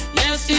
yes